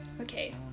Okay